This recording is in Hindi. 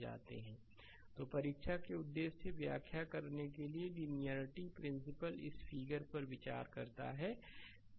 स्लाइड समय देखें 0419 तो परीक्षा के उद्देश्य से व्याख्या करने के लिएलिनियेरिटी प्रिंसिपल इस फिगर पर विचार करता है 1